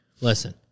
listen